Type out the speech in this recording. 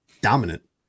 dominant